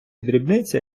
дрібниці